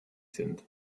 sind